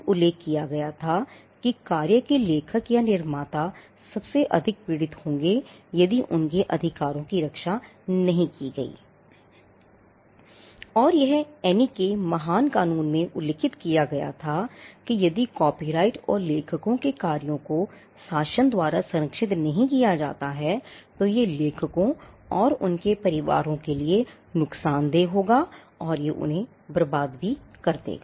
अबऐनी के महान कानून में उल्लिखित किया गया था कि यदि कॉपीराइट और लेखकों के कार्यों को शासन द्वारा संरक्षित नहीं किया जाता है तो यह लेखकों और उनके परिवारों के लिए नुकसानदेह होगा और ये उन्हें बरबाद भी कर देगा